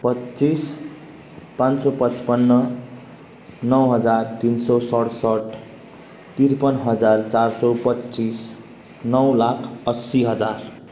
पच्चिस पाँच सौ पचपन्न नौ हजार तिन सय सतसट्ठ त्रिपन्न हजार चार सय पच्चिस नौ लाख असी हजार